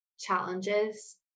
challenges